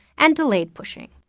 and delayed pushing,